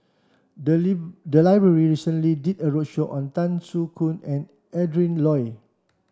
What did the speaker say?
the leave the library recently did a roadshow on Tan Soo Khoon and Adrin Loi